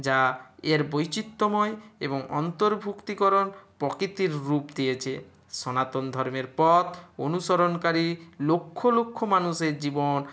যা এর বৈচিত্রময় এবং অন্তর্ভুক্তিকরণ প্রকৃতির রূপ দিয়েছে সনাতন ধর্মের পথ অনুসরণকারী লক্ষ লক্ষ মানুষের জীবন